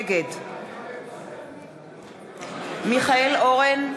נגד מיכאל אורן,